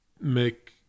make